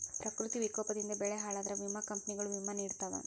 ಪ್ರಕೃತಿ ವಿಕೋಪದಿಂದ ಬೆಳೆ ಹಾಳಾದ್ರ ವಿಮಾ ಕಂಪ್ನಿಗಳು ವಿಮಾ ನಿಡತಾವ